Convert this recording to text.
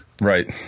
Right